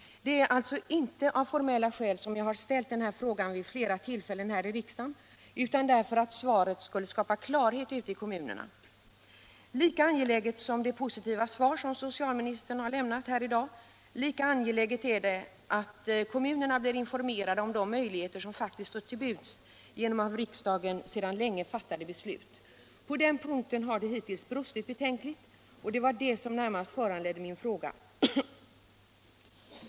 Det är alltså inte av formella skäl som jag har ställt denna fråga vid flera tillfällen här i riksdagen utan därför att svaret skulle skapa klarhet ute i kommunerna på den här punkten. Lika angeläget som att vi fått det positiva svar som socialministern har lämnat här i dag, lika angeläget är det att kommunerna blir informerade om de möjligheter som faktiskt står till buds genom av riksdagen sedan länge fattade beslut. På den punkten har det hittills brustit betänkligt, och det var närmast det som föranledde min fråga.